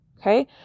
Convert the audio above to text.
Okay